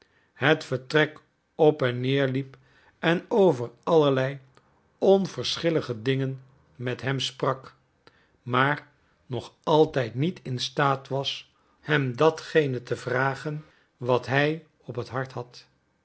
het vertrek op en neer liep en over allerlei onverschillige dingen met hem sprak maar nog altijd niet in staat was hem datgene te vragen wat hij op het hart had